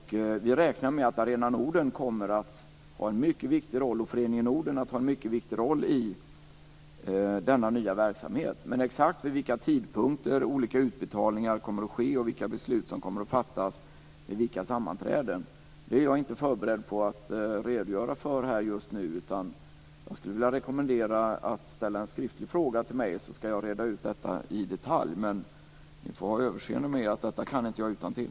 Vi räknar med att Arena Norden och Föreningen Norden kommer att ha en mycket viktigt roll i denna nya verksamhet. Men exakt vid vilka tidpunkter olika utbetalningar kommer att ske och vilka beslut som kommer att fattas vid vilka sammanträden är jag inte förberedd på att redogöra för här. Jag skulle vilja rekommendera att man ställer en skriftlig fråga till mig. Då kan jag reda ut detta i detalj. Ni får ha överseende med att jag inte kan detta utantill.